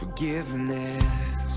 Forgiveness